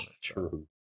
true